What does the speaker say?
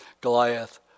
Goliath